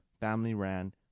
family-ran